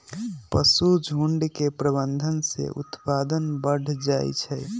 पशुझुण्ड के प्रबंधन से उत्पादन बढ़ जाइ छइ